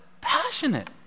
passionate